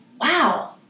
wow